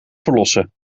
verlossen